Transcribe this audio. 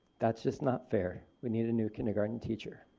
that's just not fair we need a new kindergarten teacher.